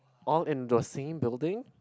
all in the same building